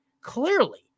clearly